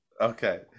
Okay